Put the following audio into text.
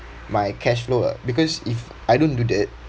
my cash flow ah because if I don't do that